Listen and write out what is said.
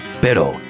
pero